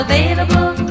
Available